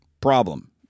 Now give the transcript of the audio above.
problem